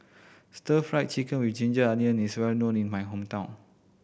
Stir Fry Chicken with ginger onion is well known in my hometown